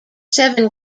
seven